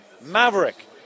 maverick